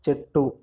చెట్టు